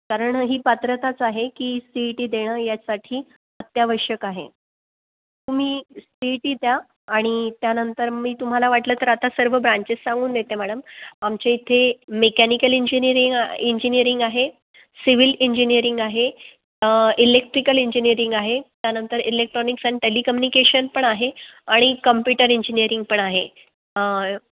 कारण ही पात्रताच आहे की सी ई टी देणं यासाठी अत्यावश्यक आहे तुम्ही सी ई टी द्या आणि त्यानंतर मी तुम्हाला वाटलं तर आता सर्व ब्रॅंचेस सांगून देते मॅडम आमचे इथे मेकॅनिकल इंजिनीअरिंग इंजिनीअरिंग आहे सिव्हिल इंजिनीअरिंग आहे इलेक्ट्रिकल इंजिनीअरिंग आहे त्यानंतर इलेक्ट्रॉनिक्स अँड टेलिकम्युनिकेशन पण आहे आणि कंप्युटर इंजिनीअरिंग पण आहे